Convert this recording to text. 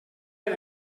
per